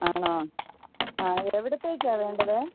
ആണോ ആ എവിടത്തേക്കാണ് വേണ്ടത്